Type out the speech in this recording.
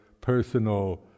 personal